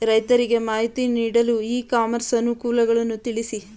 ರೈತರಿಗೆ ಮಾಹಿತಿ ನೀಡಲು ಇ ಕಾಮರ್ಸ್ ಅನುಕೂಲಗಳನ್ನು ತಿಳಿಸಿ?